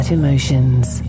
emotions